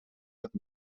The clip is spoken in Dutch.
het